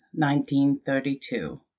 1932